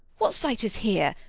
what sight is here?